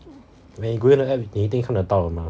when you go in the app 你一定看得到的 mah